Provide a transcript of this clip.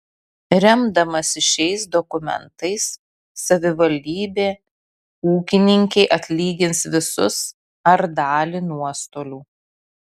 remdamasi šiais dokumentais savivaldybė ūkininkei atlygins visus ar dalį nuostolių